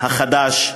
"מרכז אדוה" החדש,